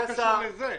הצבעה לא נתקבלה.